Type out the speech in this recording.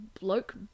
bloke